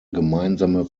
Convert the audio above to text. gemeinsame